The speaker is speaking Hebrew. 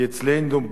כי אצלנו,